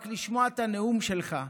רק לשמוע את הנאום שלך,